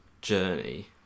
journey